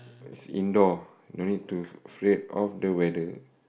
sit indoor no need to afraid of the weather